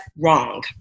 wrong